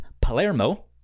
Palermo